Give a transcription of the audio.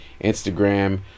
Instagram